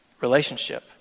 Relationship